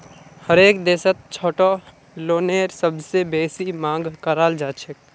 हरेक देशत छोटो लोनेर सबसे बेसी मांग कराल जाछेक